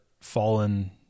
fallen